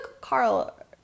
Carl